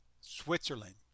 Switzerland